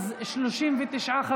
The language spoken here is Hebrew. בעד, 39,